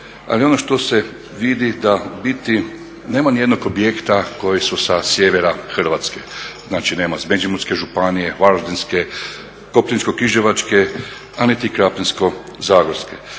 ali ono što se vidi da u biti nema nijednog objekta koji su sa sjevera Hrvatske. Znači, nema iz Međimurske županije, varaždinske, koprivničko-križevačke a niti krapinsko-zagorske.